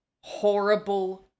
horrible